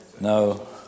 no